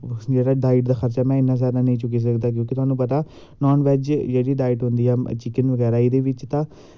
मेरा डाईट दा खर्चा मैं इन्ना जादा नेंई चुक्की सकदी क्योंकि तुहानू पता नॉनबैज्ज जेह्ड़ी डाईट होंदी ऐ चिकन बगैरा एह्दे बिच्च ता